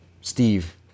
Steve